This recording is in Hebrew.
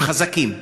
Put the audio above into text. הם חזקים,